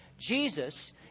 Jesus